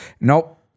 nope